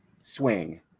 swing